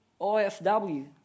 OFW